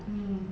mm